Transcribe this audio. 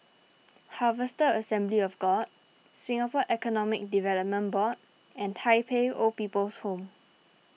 Harvester Assembly of God Singapore Economic Development Board and Tai Pei Old People's Home